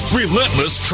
relentless